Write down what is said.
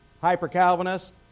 Hyper-Calvinist